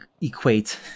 equate